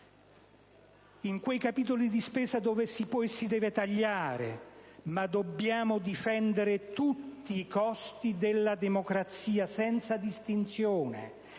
in quei capitoli di spesa dove si può e si deve tagliare; ma dobbiamo difendere tutti i costi della democrazia senza distinzione.